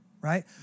right